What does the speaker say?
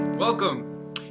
welcome